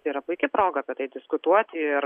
tai yra puiki proga apie tai diskutuoti ir